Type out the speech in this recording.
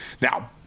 Now